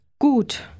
Gut